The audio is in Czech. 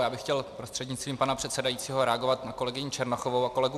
Já bych chtěl prostřednictvím pana předsedajícího reagovat na kolegyni Černochovou a kolegu Baxu.